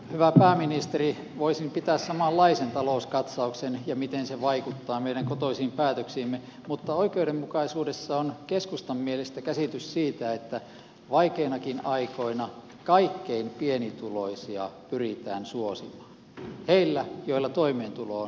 hyvä pääministeri voisin pitää samanlaisen talouskatsauksen ja selittää miten se vaikuttaa meidän kotoisiin päätöksiimme mutta oikeudenmukaisuudessa on keskustan mielestä kysymys siitä että vaikeinakin aikoina kaikkein pienituloisimpia pyritään suosimaan heitä joilla toimeentulo on niukin